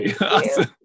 Awesome